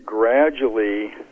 gradually